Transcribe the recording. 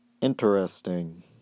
interesting